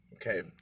Okay